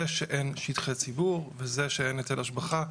זה שאין שטחי ציבור וזה שאין היטל השבחה.